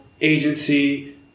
agency